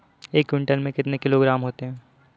एक क्विंटल में कितने किलोग्राम होते हैं?